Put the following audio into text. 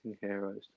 heroes